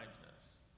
kindness